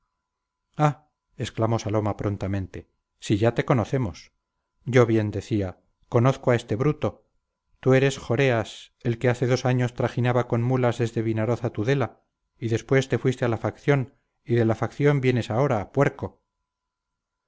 ah exclamó saloma prontamente si ya te conocemos yo bien decía conozco a este bruto tú eres joreas el que hace dos años trajinaba con mulas desde vinaroz a tudela y después te fuiste a la facción y de la facción vienes ahora puerco